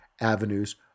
avenues